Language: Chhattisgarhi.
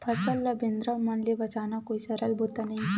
फसल ल बेंदरा मन ले बचाना कोई सरल बूता नइ हे